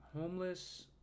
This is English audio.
homeless